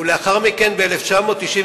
ולאחר מכן ב-1998.